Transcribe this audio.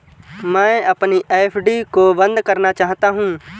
मैं अपनी एफ.डी को बंद करना चाहता हूँ